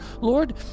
Lord